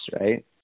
right